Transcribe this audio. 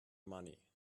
money